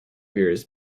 years